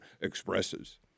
expresses